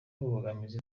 imbogamizi